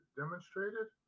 demonstrated